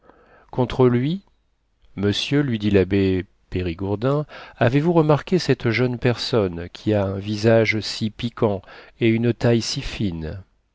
contre lui monsieur lui dit l'abbé périgourdin avez-vous remarqué cette jeune personne qui a un visage si piquant et une taille si fine